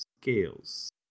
Scales